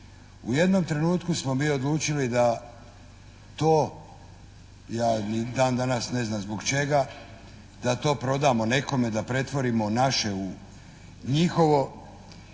U jednom trenutku smo mi odlučili da to, ja i dan danas ne znam zbog čega da to prodamo nekome, da pretvorimo naše u njihovo.